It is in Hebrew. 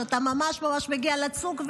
שאתה ממש ממש מגיע לצוק,